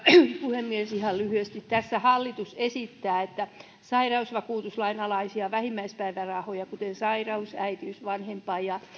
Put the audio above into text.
puhemies ihan lyhyesti tässä hallitus esittää että sairausvakuutuslain alaisia vähimmäispäivärahoja kuten sairaus äitiys vanhempain ja